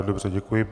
Dobře, děkuji.